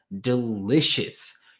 delicious